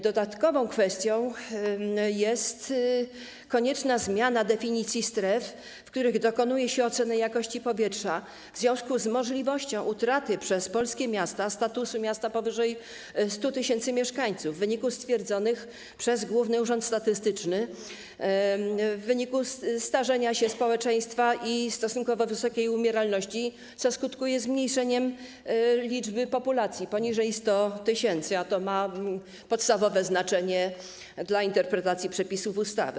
Dodatkową kwestią jest konieczna zmiana definicji stref, w których dokonuje się oceny jakości powietrza, w związku z możliwością utraty przez polskie miasta statusu miasta powyżej 100 tys. mieszkańców w wyniku stwierdzonego przez Główny Urząd Statystyczny starzenia się społeczeństwa i stosunkowo wysokiej umieralności, co skutkuje zmniejszeniem liczby populacji miast poniżej 100 tys., a to ma podstawowe znaczenie dla interpretacji przepisów ustawy.